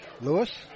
Lewis